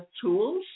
tools